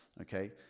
okay